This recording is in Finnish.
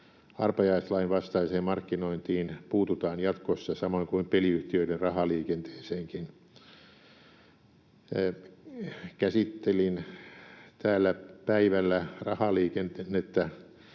Arpajaislain vastaiseen markkinointiin puututaan jatkossa, samoin kuin peliyhtiöiden rahaliikenteeseenkin. Käsittelin täällä päivällä rahaliikenteen